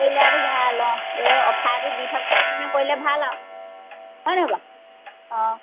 এই ল'ৰাটো ভাল অ এই অ'ফাৰটো দি থাকোঁতে মানে কৰিলে ভাল আৰু হয়নে বাৰু অ